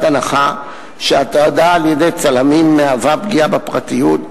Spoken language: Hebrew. הנחה שהטרדה על-ידי צלמים היא פגיעה בפרטיות,